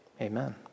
Amen